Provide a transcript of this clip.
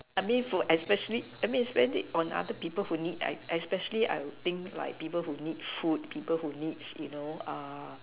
I mean for especially I mean spend it on other people who need I I especially I would think like people who needs food like people who needs you know uh